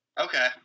Okay